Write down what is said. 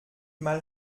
mal